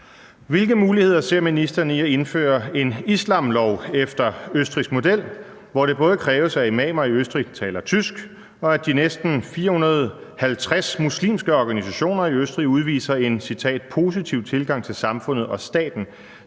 Hvilke muligheder ser ministeren i at indføre en islamlov efter østrigsk model, hvor det både kræves, at imamer i Østrig taler tysk, og at de næsten 450 muslimske organisationer i Østrig udviser »en positiv tilgang til samfundet og staten«,